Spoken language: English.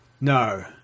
No